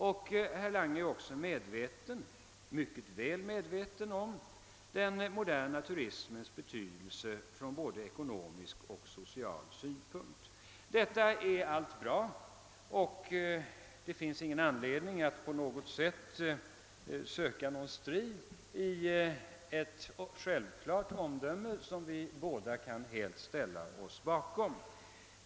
Herr Lange är också mycket väl medveten om den moderna turismens betydelse från både ekonomisk och social synpunkt. Allt detta är bra, och det finns ingen anledning att på något sätt söka strid i fråga om ett självklart omdöme, som vi båda kan ställa oss helt bakom.